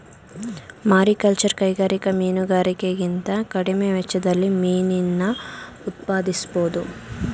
mariculture ಕೈಗಾರಿಕಾ ಮೀನುಗಾರಿಕೆಗಿಂತ ಕಡಿಮೆ ವೆಚ್ಚದಲ್ಲಿ ಮೀನನ್ನ ಉತ್ಪಾದಿಸ್ಬೋಧು